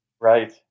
Right